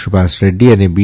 સુભાષ રેડ્રી અને બી